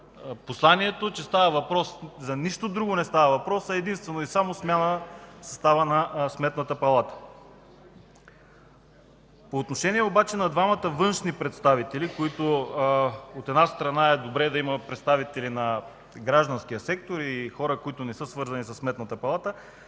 посланието, че не става въпрос за нищо друго, а единствено и само за състава на Сметната палата. По отношение обаче на двамата външни представители, от една страна, е добре да има представители на гражданския сектор и на хора, които не са свързани със Сметната палата.